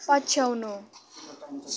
पछ्याउनु